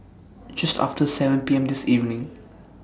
Just after seven P M This evening